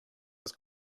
his